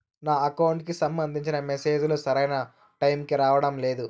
నా అకౌంట్ కి సంబంధించిన మెసేజ్ లు సరైన టైముకి రావడం లేదు